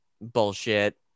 bullshit